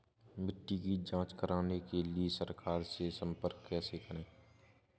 मिट्टी की जांच कराने के लिए सरकार से कैसे संपर्क करें?